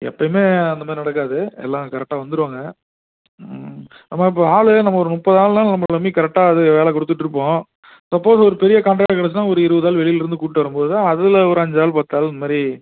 எப்பயுமே அந்த மாதிரி நடக்காது எல்லாம் கரெக்டாக வந்துருவாங்க ஆமாம் இப்போ ஆள் நம்ம ஒரு முப்பது ஆள்னால் நம்மள நம்பி கரெக்டாக இது வேலை கொடுத்துட்ருப்போம் சப்போஸ் ஒரு பெரிய காண்ட்ராக்ட் எடுத்தோம்னால் ஒரு இருபது ஆள் வெளியிலருந்து கூப்பிட்டு வரும்போது தான் அதில் ஒரு அஞ்சு ஆள் பத்தாள் இந்த மாதிரி